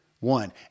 One